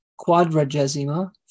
Quadragesima